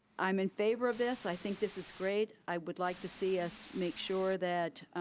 i'm in favor of this, i think this is great, i would like to see us make sure that